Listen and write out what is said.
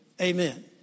Amen